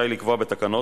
מורגש, מורגש.